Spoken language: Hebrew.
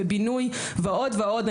ובינוי ועוד ועוד.